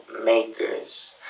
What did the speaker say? makers